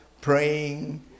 praying